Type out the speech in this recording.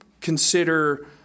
consider